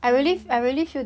as in